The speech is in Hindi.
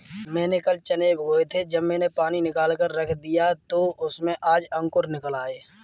मैंने कल चने भिगोए थे जब मैंने पानी निकालकर रख दिया तो उसमें आज अंकुर निकल आए